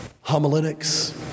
homiletics